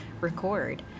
record